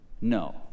No